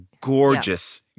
gorgeous